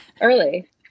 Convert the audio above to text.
early